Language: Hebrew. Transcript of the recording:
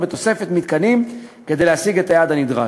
בתוספת מתקנים כדי להשיג את היעד הנדרש.